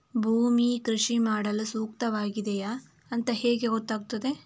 ಭೂಮಿ ಕೃಷಿ ಮಾಡಲು ಸೂಕ್ತವಾಗಿದೆಯಾ ಅಂತ ಹೇಗೆ ಗೊತ್ತಾಗುತ್ತದೆ?